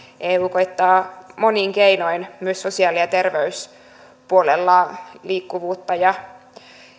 eu koettaa monin keinoin myös sosiaali ja terveyspuolella liikkuvuutta ja